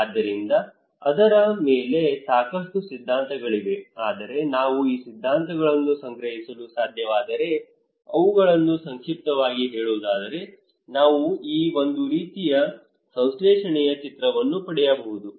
ಆದ್ದರಿಂದ ಅದರ ಮೇಲೆ ಸಾಕಷ್ಟು ಸಿದ್ಧಾಂತಗಳಿವೆ ಆದರೆ ನಾವು ಆ ಸಿದ್ಧಾಂತಗಳನ್ನು ಸಂಗ್ರಹಿಸಲು ಸಾಧ್ಯವಾದರೆ ಅವುಗಳನ್ನು ಸಂಕ್ಷಿಪ್ತವಾಗಿ ಹೇಳುವುದಾದರೆ ನಾವು ಈ ಒಂದು ರೀತಿಯ ಸಂಶ್ಲೇಷಣೆಯ ಚಿತ್ರವನ್ನು ಪಡೆಯಬಹುದು